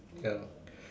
ya